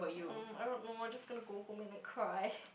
um I don't know I'm just gonna go home and like cry